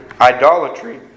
idolatry